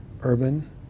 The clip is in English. urban